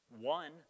one